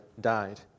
died